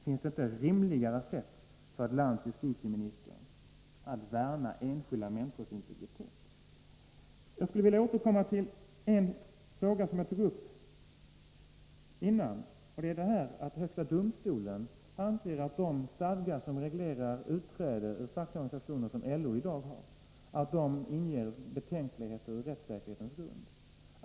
Finns det inte rimligare sätt för ett lands justitieminister att värna enskilda människors integritet? Jag skulle vilja återkomma till en fråga som jag tog upp förut. Högsta domstolen anser att de stadgar som LO i dag har i vad de reglerar utträde ur en facklig organisation inger betänkligheter ur rättssäkerhetssynpunkt.